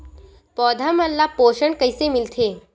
पौधा मन ला पोषण कइसे मिलथे?